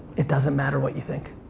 it doesn't matter what you think.